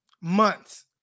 months